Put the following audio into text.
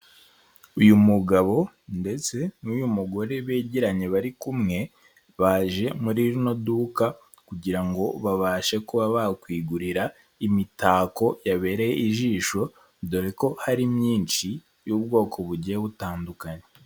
uyu mugabo ndetse n'uyu mugore begeranye bari kumwe baje muri rino duka kugira ngo babashe kuba bakwigurira imitako yabereye ijisho dore ko hari myinshi y'ubwoko bugiye butandukanye.